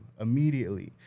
immediately